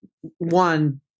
one